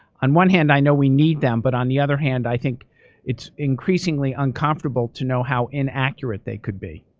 on one hand, i know we need them. but on the other hand, i think it's increasingly uncomfortable to know how inaccurate they could be.